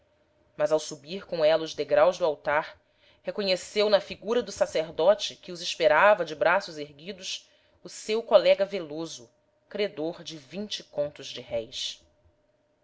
mas ao subir com ela os degraus do altar reconheceu na figura do sacerdote que os esperava de braços erguidos o seu colega veloso credor de vinte contos de réis